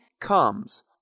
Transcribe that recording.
comes